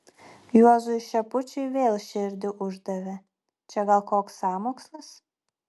juozui šepučiui vėl širdį uždavė čia gal koks sąmokslas